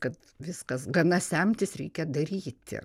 kad viskas gana semtis reikia daryti